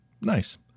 Nice